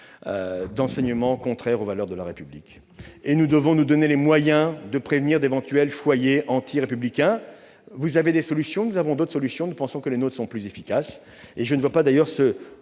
d'enseignements contraires aux valeurs de la République. Nous devons nous donner les moyens de prévenir d'éventuels foyers antirépublicains. Vous avez des solutions, nous en avons d'autres. Nous pensons que les nôtres sont plus efficaces. Je ne vois pas ce